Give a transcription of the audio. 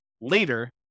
later